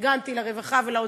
ופרגנתי לרווחה ולאוצר.